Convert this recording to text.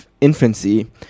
infancy